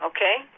Okay